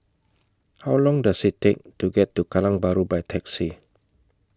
How Long Does IT Take to get to Kallang Bahru By Taxi